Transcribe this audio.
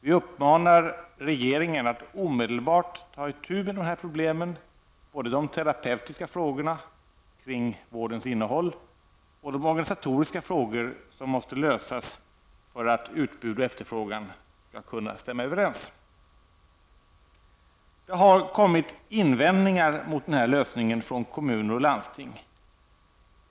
Vi uppmanar regeringen att omedelbart ta itu med problemen, både de terapeutiska frågorna om vårdens innehåll och de organisatoriska frågor som måste lösas för att utbud och efterfrågan skall kunna stämma överens. Från kommuner och landsting har det kommit invändningar mot den här lösningen.